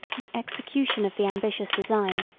the execution of the ambitious design,